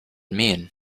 mean